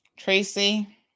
Tracy